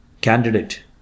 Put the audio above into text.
candidate